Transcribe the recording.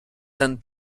ten